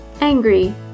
angry